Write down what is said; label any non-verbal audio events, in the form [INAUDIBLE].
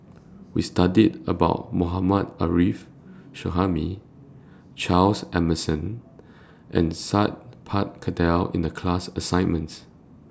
We studied about Mohammad Arif Suhaimi Charles Emmerson and Sat Pal Khattar in The class assignments [NOISE]